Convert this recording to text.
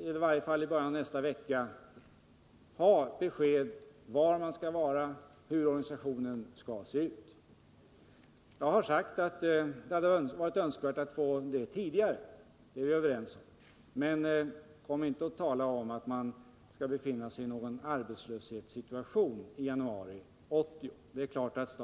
eller i varje fall i början av nästa vecka, kommer man att få besked om var man skall vara och om hur organisationen kommer att se ut. Jag har sagt, och det är vi överens om, att det hade varit önskvärt att få det beskedet tidigare. Kom därför inte och tala om någon arbetslöshetssituation i januari 1980!